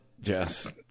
Jess